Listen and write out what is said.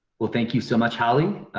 well thank you so much, holly.